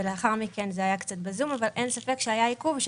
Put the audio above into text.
לאחר מכן זה היה קצת בזום אבל אין ספק שהיה עיכוב,